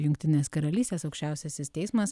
jungtinės karalystės aukščiausiasis teismas